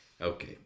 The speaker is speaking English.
okay